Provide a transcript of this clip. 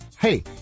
Hey